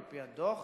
על-פי הדוח,